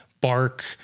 Bark